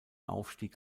aufstieg